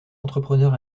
entrepreneur